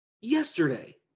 yesterday